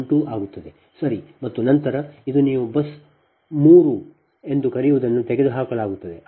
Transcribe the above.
12 ಆಗುತ್ತದೆ ಸರಿ ಮತ್ತು ನಂತರ ಇದು ನೀವು ಬಸ್ 3 ಎಂದು ಕರೆಯುವದನ್ನು ತೆಗೆದುಹಾಕಲಾಗುತ್ತದೆ